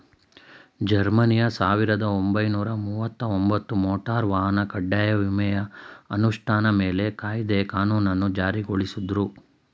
ಜರ್ಮನಿಯು ಸಾವಿರದ ಒಂಬೈನೂರ ಮುವತ್ತಒಂಬತ್ತು ಮೋಟಾರ್ ವಾಹನ ಕಡ್ಡಾಯ ವಿಮೆಯ ಅನುಷ್ಠಾ ಮೇಲಿನ ಕಾಯ್ದೆ ಕಾನೂನನ್ನ ಜಾರಿಗೊಳಿಸುದ್ರು